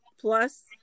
plus